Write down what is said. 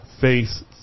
face